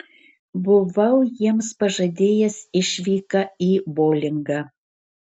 buvau jiems pažadėjęs išvyką į boulingą